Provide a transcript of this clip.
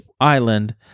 island